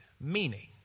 meaning